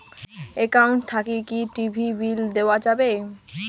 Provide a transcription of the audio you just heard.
Account থাকি কি TV bill দেওয়া যাবে?